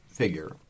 Figure